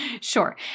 sure